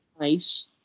Nice